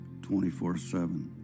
24-7